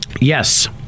Yes